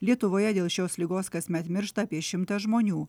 lietuvoje dėl šios ligos kasmet miršta apie šimtas žmonių